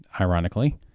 ironically